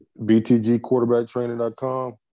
Btgquarterbacktraining.com